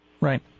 Right